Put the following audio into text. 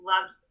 loved